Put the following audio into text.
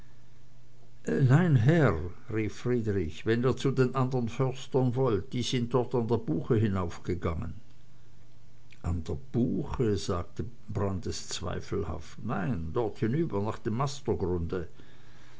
nein herr rief friedrich wenn ihr zu den andern förstern wollt die sind dort an der buche hinaufgegangen an der buche sagte brandis zweifelhaft nein dort hinüber nach dem